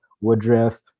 Woodruff